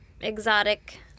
exotic